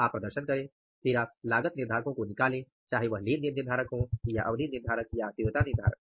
आप प्रदर्शन करें फिर आप लागत निर्धारको को निकालें चाहे वह लेन देन निर्धारक हों या अवधि निर्धारक या तीव्रता निर्धारक